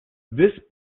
this